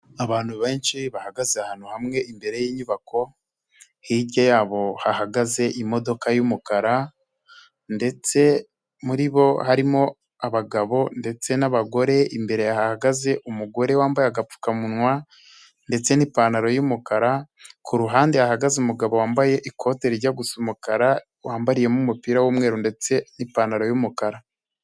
Abantu benshi bahagaze ahantu hamwe imbere y'inyubako, hirya yabo hahagaze imodoka y'umukara ndetse muri bo harimo abagabo ndetse n'abagore, imbere hahagaze umugore wambaye agapfukamunwa ndetse n'ipantaro y'umukara, ku ruhande hahagaze umugabo wambaye ikote rijya gusa umukara, wambariyemo umupira w'umweru ndetse n'ipantaro y'umukara.